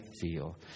feel